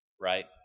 right